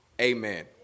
amen